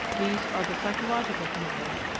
these are the psychological phenomena.